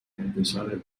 انتشار